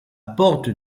porte